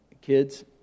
kids